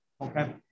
Okay